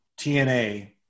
TNA